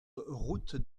route